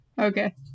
Okay